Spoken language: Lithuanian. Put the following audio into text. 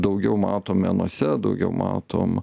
daugiau matom menuose daugiau matom